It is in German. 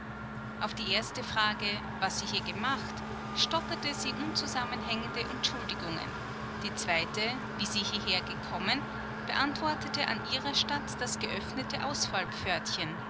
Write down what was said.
auf die erste frage was sie hier gemacht stotterte sie unzusammenhängende entschuldigungen die zweite wie sie hierher gekommen beantwortete an ihrer statt das geöffnete